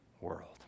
world